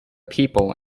people